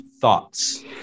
Thoughts